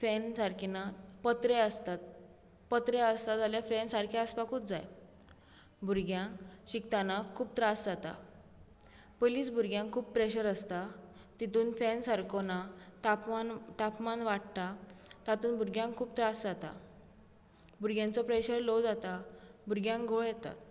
fan सारके नात पत्रें आसता पत्रें आसता जाल्यार फॅन सारके आसपाकूच जाय भुरग्यांक शिकतना खूब त्रास जाता पयलींच भुरग्यांक खूब प्रेशर आसता तातूंत फॅन सारको ना तापमान तापमान वाडटा तातूंत भुरग्यांक खूब त्रास जाता भुरग्यांचो प्रेशर लो जाता भुरग्यांक घुंवळ येता